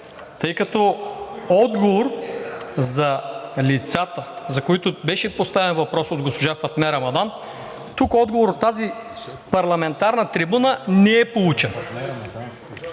тъй като отговор за лицата, за които беше поставен въпрос от госпожа Фатме Рамадан, тук отговор от тази парламентарна трибуна не е получен.